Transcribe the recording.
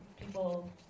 people